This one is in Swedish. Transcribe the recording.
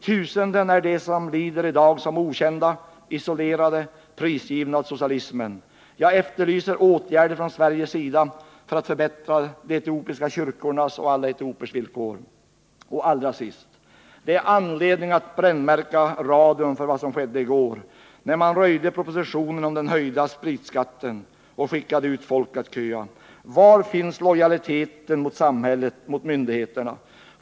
Tusenden är de som i dag lider som okända, isolerade och prisgivna åt socialismen. Jag efterlyser åtgärder från Sveriges sida för att förbättra de etiopiska kyrkornas och alla etiopiers villkor. Allra sist: Det är anledning att brännmärka radion för vad som skedde i går, när man röjde propositionen om den höjda spritskatten och skickade ut folk att köa. Var finns lojaliteten mot samhället, mot myndigheterna?